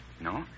No